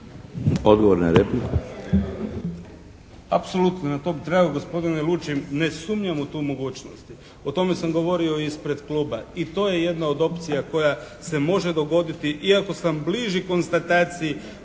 Odgovor na repliku.